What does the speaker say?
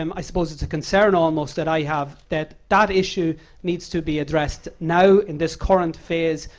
um i suppose it's a concern almost that i have, that that issue needs to be addressed now, in this current phase.